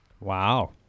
Wow